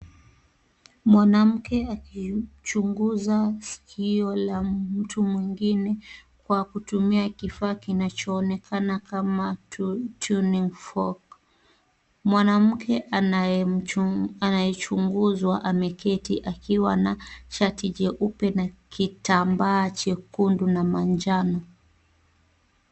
Mwanamke akichunguza sikio la mtu mwingine kwa kutumia kifaa kinachoonekana kama tuning folk .Mwanamke anayechunguzwa ameketi akiwa na shati jeupe na kitambaa chekundu na manjano.